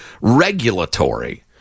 regulatory